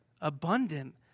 abundant